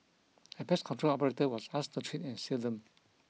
a pest control operator was asked to treat and seal them